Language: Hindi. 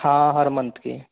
हाँ हर मन्थ की